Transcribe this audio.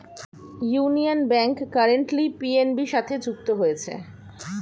union Bank currently PNB সাথে যুক্ত হয়েছে